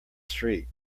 street